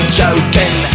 joking